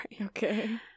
Okay